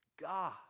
God